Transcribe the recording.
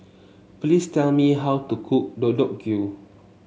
please tell me how to cook Deodeok Gui